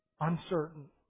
uncertain